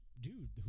dude